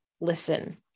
Listen